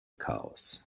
chaos